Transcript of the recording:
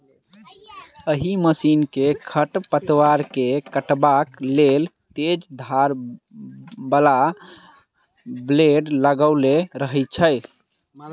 एहि मशीन मे खढ़ पतवार के काटबाक लेल तेज धार बला ब्लेड लगाओल रहैत छै